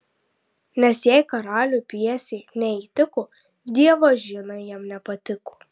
nes jei karaliui pjesė neįtiko dievaž jinai jam nepatiko